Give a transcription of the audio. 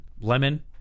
Lemon